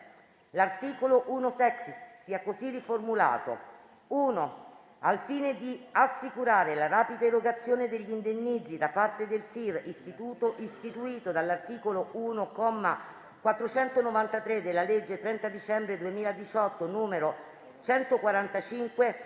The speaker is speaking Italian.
l'articolo 1-*sexies* sia così riformulato: "l. Al fine di assicurare la rapida erogazione degli indennizzi da parte del FIR istituito dall'articolo 1, comma 493 della legge 30 dicembre 2018, n. 145,